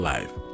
Life